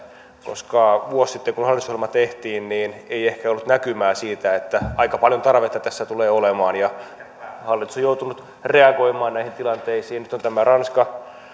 koska vuosi sitten kun hallitusohjelma tehtiin ei ehkä ollut näkymää siitä että aika paljon tarvetta tässä tulee olemaan hallitus on joutunut reagoimaan näihin tilanteisiin nyt on tämä